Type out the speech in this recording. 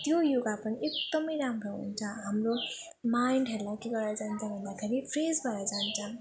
त्यो योगा पनि एकदम राम्रो हुन्छ हाम्रो माइन्डहरूलाई के गरेर जान्छ भन्दाखेरि फ्रेस भएर जान्छ